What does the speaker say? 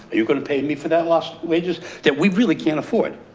you're gonna pay me for that lost wages that we really can't afford.